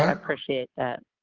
um appreciate that.